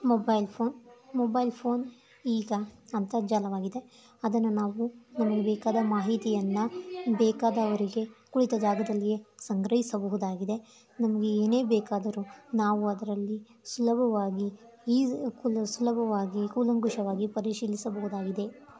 mobile phone mobile phone ಈಗ ಅಂತರ್ಜಾಲವಾಗಿದೆ ಅದನ್ನು ನಾವು ನಮಗೆ ಬೇಕಾದ ಮಾಹಿತಿಯನ್ನು ಬೇಕಾದವರಿಗೆ ಕುಳಿತ ಜಾಗದಲ್ಲಿಯೇ ಸಂಗ್ರಹಿಸಬಹುದಾಗಿದೆ ನಮಗೆ ಏನೇ ಬೇಕಾದರೂ ನಾವು ಅದರಲ್ಲಿ ಸುಲಭವಾಗಿ ಈಸ್ ಕುಲು ಸುಲಭವಾಗಿ ಕೂಲಂಕುಶವಾಗಿ ಪರಿಶೀಲಿಸಬಹುದಾಗಿದೆ